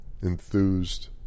enthused